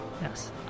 Yes